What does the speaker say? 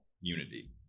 unity